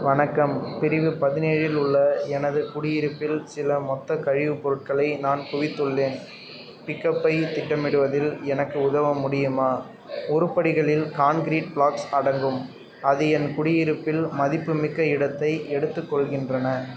வணக்கம் பிரிவு பதினேழில் உள்ள எனது குடியிருப்பில் சில மொத்த கழிவுப் பொருட்களை நான் குவித்துள்ளேன் பிக்கப்பைத் திட்டமிடுவதில் எனக்கு உதவ முடியுமா உருப்படிகளில் கான்க்ரீட் ப்ளாக்ஸ் அடங்கும் அது என் குடியிருப்பில் மதிப்புமிக்க இடத்தை எடுத்துக்கொள்கின்றன